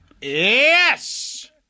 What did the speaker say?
Yes